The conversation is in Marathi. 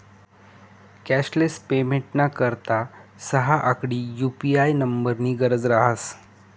कॅशलेस पेमेंटना करता सहा आकडी यु.पी.आय नम्बरनी गरज रहास